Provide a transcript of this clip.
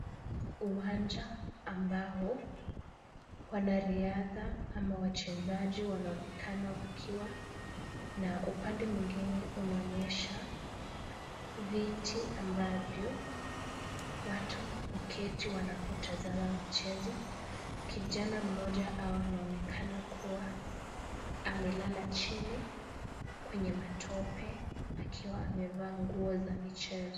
Uwanja ambao wanariadha ama wachezaji wanaonekana wakiwa na upande mwingine unaonyesha viti ambavyo watu huketi wanapotazama michezo. Kijana mmoja au anaonekana kuwa amelala chini kwenye matope akiwa amevaa nguo za michezo.